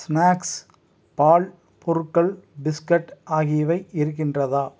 snacks பால் பொருட்கள் biscuit ஆகியவை இருக்கின்றதா